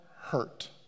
hurt